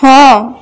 ହଁ